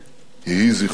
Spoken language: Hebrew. יהי זכרו ברוך.